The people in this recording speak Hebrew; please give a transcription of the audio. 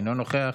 אינו נוכח,